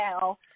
now